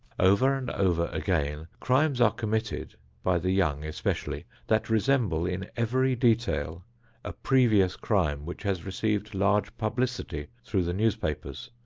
over and over again crimes are committed, by the young especially, that resemble in every detail a previous crime which has received large publicity through the newspapers,